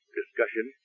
discussion